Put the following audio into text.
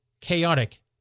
chaotic